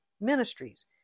ministries